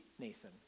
Nathan